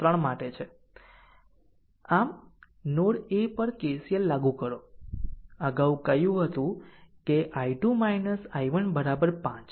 આમ node A પર KCL લાગુ કરો અગાઉ કહ્યું હતું કે i2 i1 5 આ સમીકરણ 3 છે